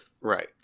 Right